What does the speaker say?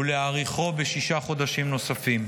ולהאריכו בשישה חודשים נוספים,